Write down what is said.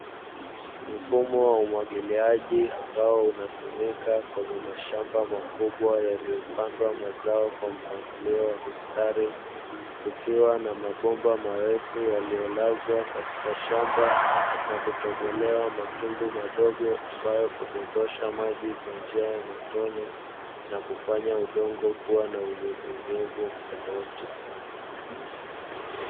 Mfumo wa umwagiliaji ambao unatumika kwenye mashamba makubwa yaliyopandwa mazao kwa mpangilio wa mistari, kukiwa na mabomba marefu yaliyolazwa katika shamba na kutobolewa matundu madogo, ambayo kudondosha maji kwa njia ya matone na kufanya udongo kuwa na unyevunyevu muda wote.